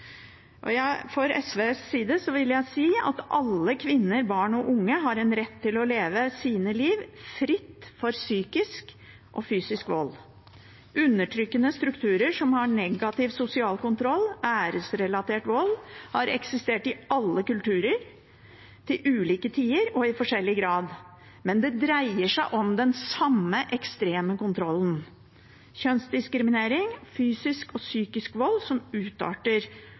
SVs side vil jeg si at alle kvinner, barn og unge har rett til å leve sitt liv fritt for psykisk og fysisk vold. Undertrykkende strukturer med negativ sosial kontroll og æresrelatert vold har eksistert i alle kulturer til ulike tider og i forskjellig grad, men det dreier seg om den samme ekstreme kontrollen: kjønnsdiskriminering og fysisk og psykisk vold som utarter